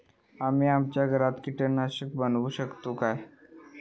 आम्ही आमच्या घरात कीटकनाशका बनवू शकताव काय?